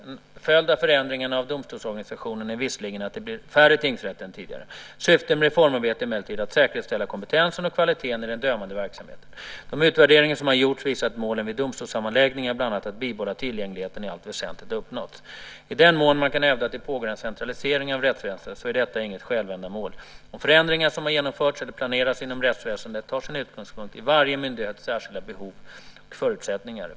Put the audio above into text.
En följd av förändringarna av domstolsorganisationen är visserligen att det blir färre tingsrätter än tidigare. Syftet med reformarbetet är emellertid att säkerställa kompetensen och kvaliteten i den dömande verksamheten. De utvärderingar som har gjorts visar att målen vid domstolssammanläggningarna, bland annat att bibehålla tillgängligheten, i allt väsentligt har uppnåtts. I den mån man kan hävda att det pågår en centralisering av rättsväsendet är detta inget självändamål. De förändringar som har genomförts eller planeras inom rättsväsendet tar sin utgångspunkt i varje myndighets särskilda behov och förutsättningar.